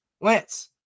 Lance